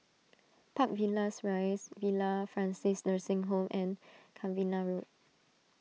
Park Villas Rise Villa Francis Nursing Home and Cavenagh Road